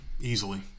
Easily